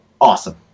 Awesome